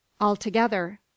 Altogether